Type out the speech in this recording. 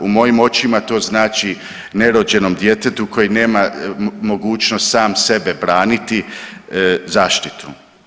U mojim očima to znači nerođenom djetetu koji nema mogućnost sam sebe braniti, zaštitu.